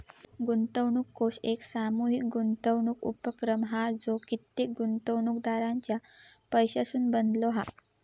गुंतवणूक कोष एक सामूहीक गुंतवणूक उपक्रम हा जो कित्येक गुंतवणूकदारांच्या पैशासून बनलो हा